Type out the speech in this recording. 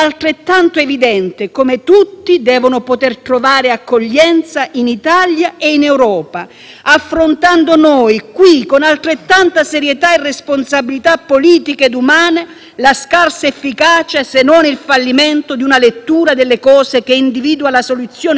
affrontando noi qui, con altrettanta serietà e responsabilità politica e umana, la scarsa efficacia, se non il fallimento, di una lettura delle cose che individua la soluzione cardine nella frontiera esterna e nei respingimenti.